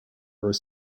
are